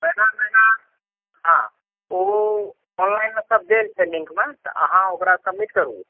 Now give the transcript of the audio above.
अगिला महीना हँ ओ ऑनलाइनमे सब देल छै लिङ्कमे तऽ अहाँ ओकरा सबमिट करू